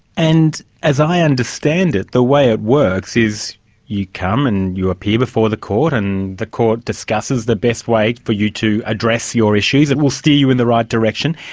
and as i understand it, the way it works is you come and you appear before the court and the court discusses the best way for you to address your issues. it will steer you in the right direction.